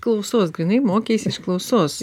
klausos grynai mokeisi iš klausos